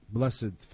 blessed